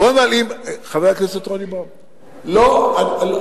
חבר הכנסת רוני בר-און,